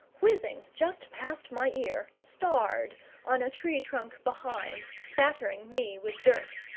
whizzing just past my ear, starred on a tree-trunk behind, spattering me with dirt.